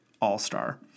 all-star